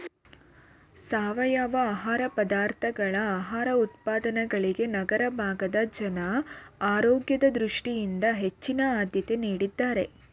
ಸಾವಯವ ಆಹಾರ ಪದಾರ್ಥಗಳು ಆಹಾರ ಉತ್ಪನ್ನಗಳಿಗೆ ನಗರ ಭಾಗದ ಜನ ಆರೋಗ್ಯದ ದೃಷ್ಟಿಯಿಂದ ಹೆಚ್ಚಿನ ಆದ್ಯತೆ ನೀಡಿದ್ದಾರೆ